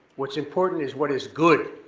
what's important is what is good.